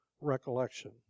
recollection